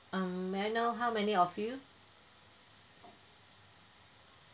um may I know how many of you